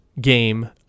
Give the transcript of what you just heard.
game